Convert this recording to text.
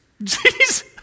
Jesus